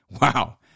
Wow